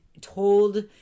told